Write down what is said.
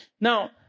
Now